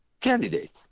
candidate